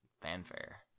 fanfare